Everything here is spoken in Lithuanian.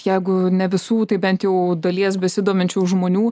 jeigu ne visų tai bent jau dalies besidominčių žmonių